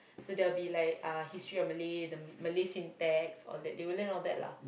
so there'll be like uh history or Malay the Malay syntax all that they will learn all that lah